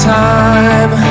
time